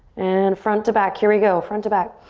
and front to back. here we go. front to back.